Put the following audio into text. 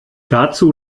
dazu